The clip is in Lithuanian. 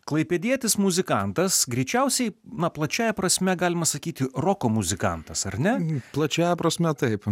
klaipėdietis muzikantas greičiausiai na plačiąja prasme galima sakyti roko muzikantas ar ne plačiąja prasme taip